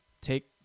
take